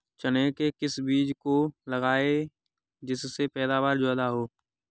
चने के किस बीज को लगाएँ जिससे पैदावार ज्यादा हो?